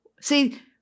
See